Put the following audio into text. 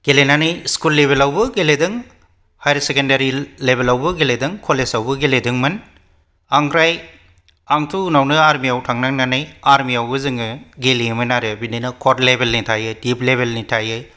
गेलेनानै स्कूल लेवेलावबो गेलेदों हाइयार सेकेन्डारि लेवेलावबो गेलेदों कलेजावबो गेलेदोंमोन आमफ्राय आंथ' उन्नावनो आरमियाव थांनांनानै आरमियावबो जोङो गेलेयोमोन आरो जोङो क'र्ट लेवेलनि थायो दिप लेवेलनि थायो